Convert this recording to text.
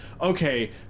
okay